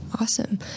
awesome